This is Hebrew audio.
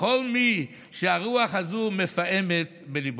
לכל מי שהרוח הזו מפעמת בליבו.